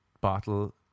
bottle